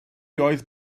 oedd